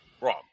Wrong